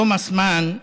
תומאס מאן,